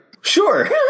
Sure